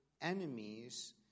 enemies